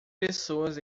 pessoas